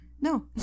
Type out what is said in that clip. No